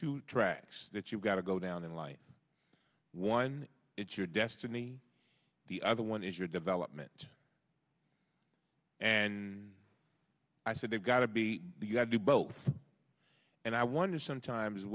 two tracks that you've got to go down in light one it's your destiny the other one is your development and i said you've got to be you have to both and i wonder sometimes